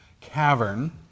cavern